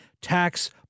tax